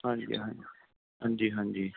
ਹਾਂਜੀ ਹਾਂਜੀ ਹਾਂਜੀ ਹਾਂਜੀ